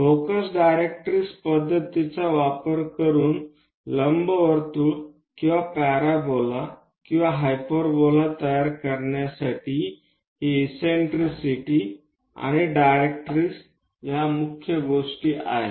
focus directrix पद्धतीचा वापर करून लंबवर्तुळ किंवा पॅराबोला किंवा हायपरबोला तयार करण्यासाठी ही इससेन्ट्रिसिटी आणि डायरेक्ट्रिक्स ह्या मुख्य गोष्टी आहेत